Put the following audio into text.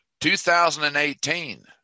2018